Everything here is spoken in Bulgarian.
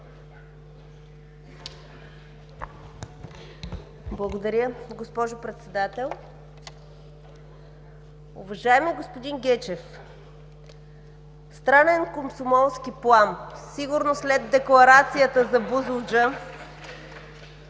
Благодаря, госпожо Председател. Уважаеми господин Гечев, странен комсомолски плам?! Сигурно след Декларацията за Бузлуджа,